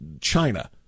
China